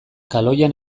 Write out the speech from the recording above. kaloian